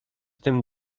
tym